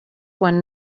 one